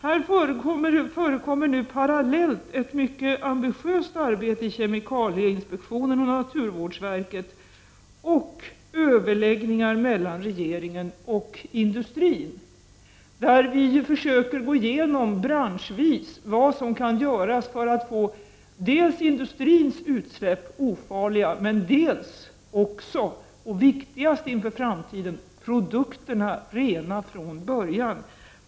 Här förekommer nu parallellt ett mycket ambitiöst arbete i kemikalieinspektionen och naturvårdsverket och överläggningar mellan regeringen och industrin, där vi försöker gå igenom branschvis vad som kan göras för att få dels industrins utsläpp ofarliga, dels, det viktigaste inför framtiden, produkterna rena från början.